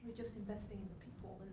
just investing in